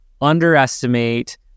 underestimate